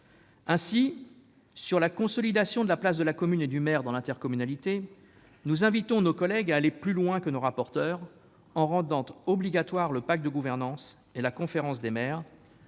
concerne la consolidation de la place de la commune et du maire dans l'intercommunalité, nous invitons nos collègues à aller plus loin que nos rapporteurs, en rendant obligatoires le pacte de gouvernance et la conférence des maires,